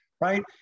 Right